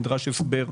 נדרש הסבר,